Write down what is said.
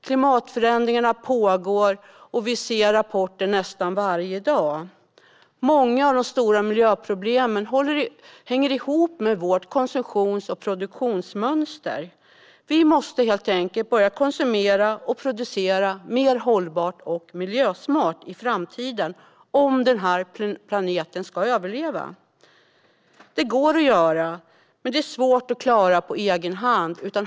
Klimatförändringarna pågår, och vi ser rapporter nästan varje dag. Många av de stora miljöproblemen hänger ihop med våra konsumtions och produktionsmönster. Vi måste helt enkelt börja konsumera och producera mer hållbart och miljösmart i framtiden om den här planeten ska överleva. Det går att göra, men det är svårt att klara på egen hand.